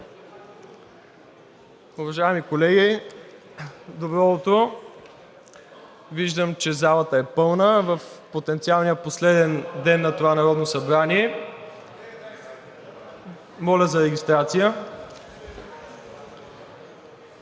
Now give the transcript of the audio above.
Уважаеми колеги, добро утро! Виждам, че залата е пълна в потенциалния последен ден на това Народно събрание. Моля за регистрация.